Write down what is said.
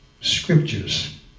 Scriptures